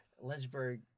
Lynchburg